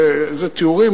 ואיזה תיאורים,